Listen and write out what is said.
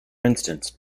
instance